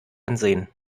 ansehen